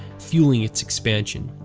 fueling its expansion.